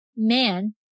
man